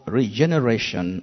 regeneration